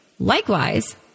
Likewise